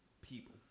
people